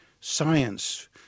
science